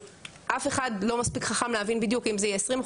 אף אחד לא מספיק חכם להבין בדיוק אם זה יהיה 20%,